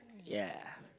ya